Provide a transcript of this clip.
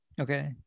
Okay